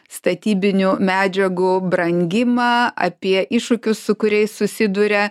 statybinių medžiagų brangimą apie iššūkius su kuriais susiduria